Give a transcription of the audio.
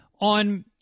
on